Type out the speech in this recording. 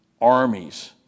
armies